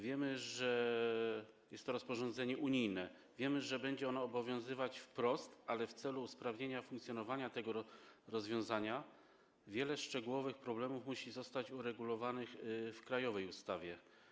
Wiemy, że jest to rozporządzenie unijne, wiemy, że będzie ono obowiązywać wprost, ale w celu usprawnienia funkcjonowania tego rozwiązania wiele szczegółowych problemów musi zostać uregulowanych w krajowej ustawie.